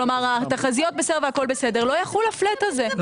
כלומר התחזיות יהיו בסדר והכול בסדר לא יחול הפלאט הזה.